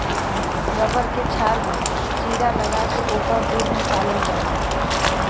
rubber के छाल में चीरा लगा के ओकर दूध निकालल जाला